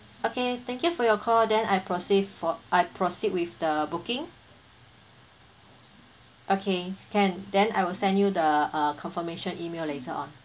okay thank you for your call then I proceed for I proceed with the booking okay can then I will send you the uh confirmation email letter on